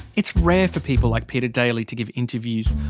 it's rare for people like peter daly to give interviews.